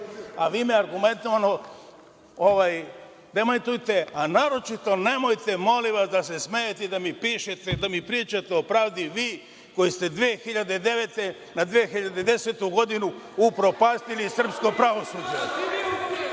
a vi me argumentovano demantujte, a naročito nemojte molim vas da se smejete i da pričate o pravdi vi koji ste 2009. na 2010. godinu upropastili srpsko pravosuđe.(Radoslav